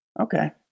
Okay